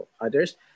others